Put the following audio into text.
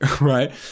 right